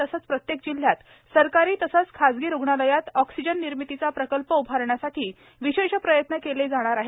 तसंच प्रत्येक जिल्ह्यात सरकारी तसंच खासगी रुग्णालयांत ऑक्सिजन निर्मितीचा प्रकल्प उभारण्यासाठी विशेष प्रयत्न केले जाणार आहेत